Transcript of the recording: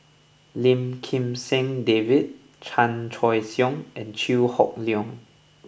Lim Kim San David Chan Choy Siong and Chew Hock Leong